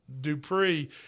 Dupree